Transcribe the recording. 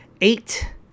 Eight